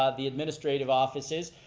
ah the administrative offices.